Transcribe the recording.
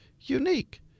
unique